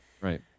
right